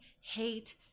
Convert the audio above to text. hate